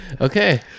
Okay